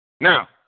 Now